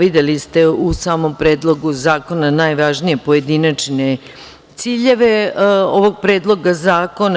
Videli ste u samom Predlogu zakona najvažnije pojedinačne ciljeve ovog Predloga zakona.